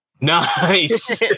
Nice